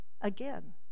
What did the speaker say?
again